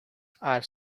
are